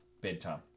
bedtime